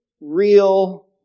real